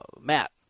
Matt